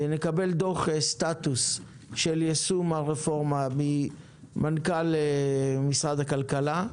נקבל דוח סטטוס של יישום הרפורמה ממנכ"ל משרד הכלכלה,